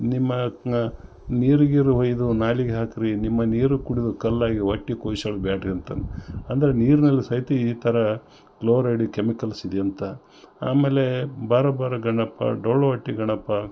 ನಿಮ್ಮ ನೀರು ಗೀರು ಒಯ್ದು ನಾಲೆಗೆ ಹಾಕ್ರಿ ನಿಮ್ಮ ನೀರು ಕುಡಿದು ಕಲ್ಲಾಗಿ ಹೊಟ್ಟೆ ಕೊಯ್ಸೋದು ಬೇಡ್ರಿ ಅಂತಂದು ಅಂದರೆ ನೀರ್ನಲ್ಲಿ ಸಹಿತ ಈ ಥರ ಕ್ಲೋರೈಡ್ ಕೆಮಿಕಲ್ಸ್ ಇದೆ ಅಂತ ಆಮೇಲೇ ಬಾರೋ ಬಾರೋ ಗಣಪ ಡೊಳ್ಳು ಹೊಟ್ಟೆ ಗಣಪ